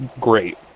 great